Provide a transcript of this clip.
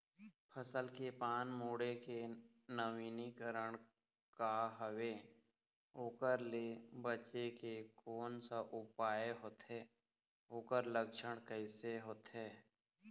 फसल के पान मुड़े के नवीनीकरण का हवे ओकर ले बचे के कोन सा उपाय होथे ओकर लक्षण कैसे होथे?